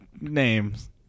Names